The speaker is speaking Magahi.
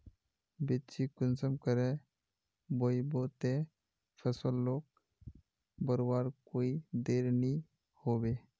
बिच्चिक कुंसम करे बोई बो ते फसल लोक बढ़वार कोई देर नी होबे?